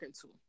tool